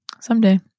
Someday